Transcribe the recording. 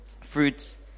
fruits